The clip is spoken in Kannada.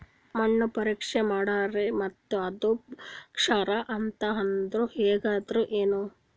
ಮಣ್ಣ ಪರೀಕ್ಷಾ ಮಾಡ್ಯಾರ್ರಿ ಮತ್ತ ಅದು ಕ್ಷಾರ ಅದ ಅಂದ್ರು, ಹಂಗದ್ರ ಏನು?